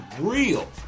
real